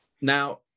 Now